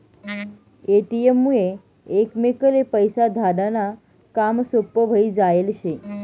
ATM मुये एकमेकले पैसा धाडा नं काम सोपं व्हयी जायेल शे